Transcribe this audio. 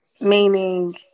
Meaning